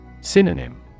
Synonym